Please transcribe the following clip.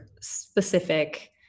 specific